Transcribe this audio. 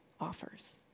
offers